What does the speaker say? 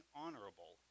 honorable